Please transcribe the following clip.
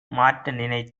மாற்ற